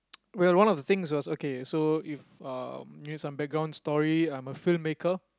well one of the things was okay so if uh give you some background story I'm a filmmaker